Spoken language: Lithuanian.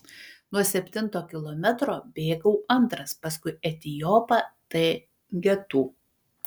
nuo septinto kilometro bėgau antras paskui etiopą t getu